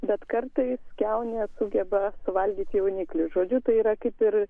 bet kartais kiaunė sugeba suvalgyti jauniklius žodžiu tai yra kaip ir